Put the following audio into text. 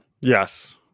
yes